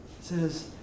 says